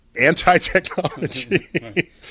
Anti-technology